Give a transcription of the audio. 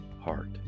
heart